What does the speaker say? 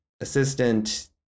assistant